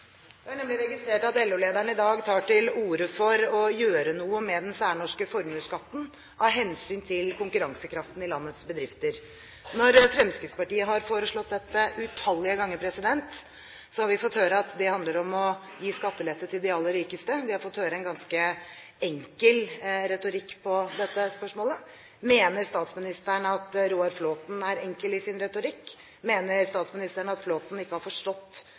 Da er mitt spørsmål til statsministeren, når han nå sier som han sier i dagens trontaledebatt: Mener han også at LO-lederen er uansvarlig? Jeg har nemlig registrert at LO-lederen i dag tar til orde for å gjøre noe med den særnorske formuesskatten av hensyn til konkurransekraften i landets bedrifter. Når Fremskrittspartiet har foreslått dette utallige ganger, har vi fått høre at det handler om å gi skattelette til de aller rikeste. Vi har fått høre en ganske enkel retorikk på dette spørsmålet. Mener statsministeren at Roar Flåthen er